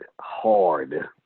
hard